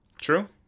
True